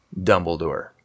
Dumbledore